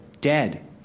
Dead